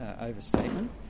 overstatement